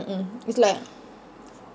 mm mm it's like